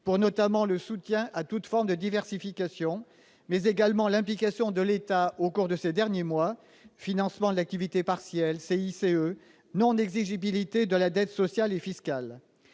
notamment pour le soutien à toutes formes de diversification, mais également l'implication de l'État au cours de ces derniers mois : financement de l'activité partielle, CICE, non-exigibilité de la dette sociale et fiscale.